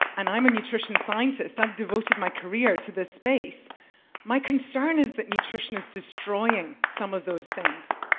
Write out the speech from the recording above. and i'm a nutrition scientist, i've devoted my career to the space my concern is that nutrition is destroying some of those things.